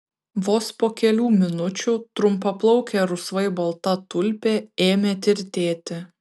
vos po kelių minučių trumpaplaukė rusvai balta tulpė ėmė tirtėti